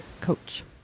coach